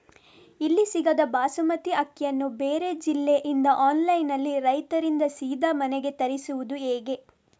ಇಲ್ಲಿ ಸಿಗದ ಬಾಸುಮತಿ ಅಕ್ಕಿಯನ್ನು ಬೇರೆ ಜಿಲ್ಲೆ ಇಂದ ಆನ್ಲೈನ್ನಲ್ಲಿ ರೈತರಿಂದ ಸೀದಾ ಮನೆಗೆ ತರಿಸುವುದು ಹೇಗೆ?